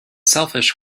selfish